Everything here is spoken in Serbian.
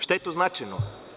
Šta je tu značajno?